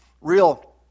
real